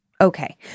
Okay